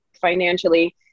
financially